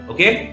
Okay